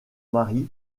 mari